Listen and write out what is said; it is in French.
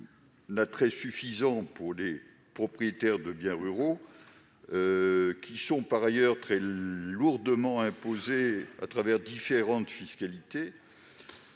un attrait suffisant pour les propriétaires de biens ruraux, qui sont très lourdement imposés au travers de différentes fiscalités.